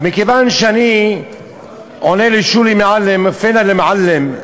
אבל מכיוון שאני עונה לשולי מועלם, פֵין אל-מועלם?